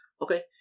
Okay